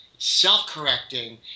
self-correcting